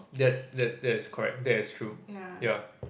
that that's that is correct that is true yup